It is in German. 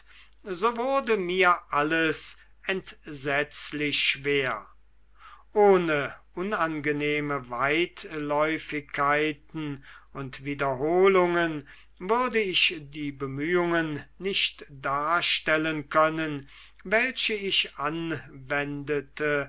so wurde mir alles entsetzlich schwer ohne unangenehme weitläufigkeiten und wiederholungen würde ich die bemühungen nicht darstellen können welche ich anwendete